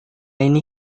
ini